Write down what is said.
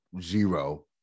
zero